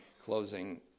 closing